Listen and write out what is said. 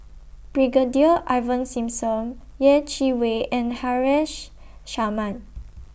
Brigadier Ivan Simson Yeh Chi Wei and Haresh Sharma